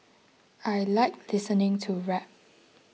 I like listening to rap